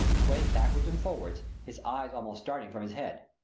swaying backward and forward, his eyes almost starting from his head.